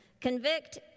Convict